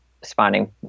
Responding